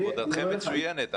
עבודתכם מצוינת,